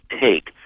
take